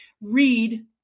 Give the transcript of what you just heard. read